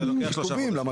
זה לוקח שלושה חודשים.